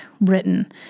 written